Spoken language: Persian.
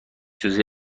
سوزی